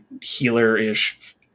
healer-ish